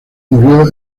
murió